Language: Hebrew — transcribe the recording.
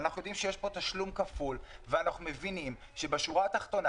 אנחנו יודעים שיש פה תשלום כפול ואנחנו מבינים שבשורה התחתונה,